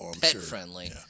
pet-friendly